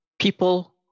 people